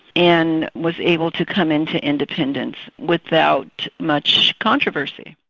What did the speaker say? and was able to come into independence without much controversy.